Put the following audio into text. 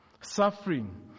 Suffering